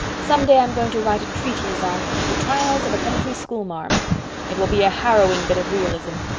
some day i'm going to write a treatise on the trials of a country schoolmarm it will be a harrowing bit of realism.